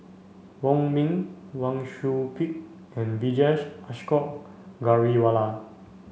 Wong Ming Wang Sui Pick and Vijesh Ashok Ghariwala